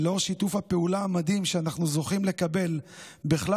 ולאור שיתוף הפעולה המדהים שאנחנו זוכים לקבל בכלל